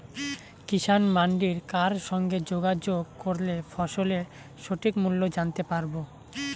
কিষান মান্ডির কার সঙ্গে যোগাযোগ করলে ফসলের সঠিক মূল্য জানতে পারবো?